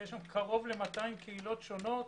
ויש שם קרוב ל-200 קהילות שונות,